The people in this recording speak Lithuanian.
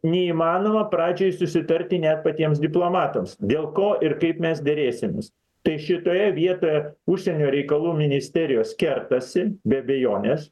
neįmanoma pradžioj susitarti net patiems diplomatams dėl ko ir kaip mes derėsimės tai šitoje vietoje užsienio reikalų ministerijos kertasi be abejonės